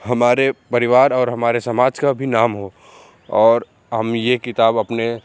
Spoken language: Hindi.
हमारे परिवार और हमारे समाज का भी नाम हो और हम ये किताब अपने